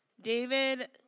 David